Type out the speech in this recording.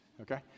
okay